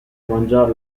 mangiar